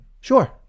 sure